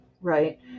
right